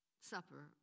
Supper